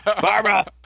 barbara